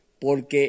porque